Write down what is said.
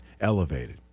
elevated